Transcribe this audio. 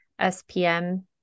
SPM